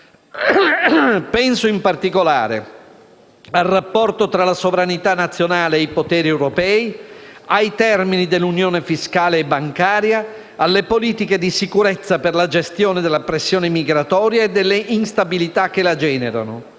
Penso in particolare al rapporto tra la sovranità nazionale e i poteri europei, ai termini dell'unione fiscale e bancaria, alle politiche di sicurezza per la gestione della pressione migratoria e delle instabilità che la generano.